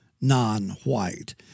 non-white